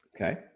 Okay